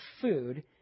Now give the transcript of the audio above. food